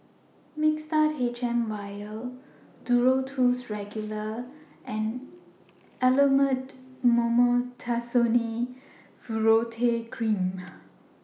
Mixtard HM Vial Duro Tuss Regular and Elomet Mometasone Furoate Cream